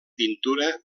pintura